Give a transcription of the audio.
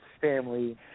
family